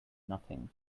nothing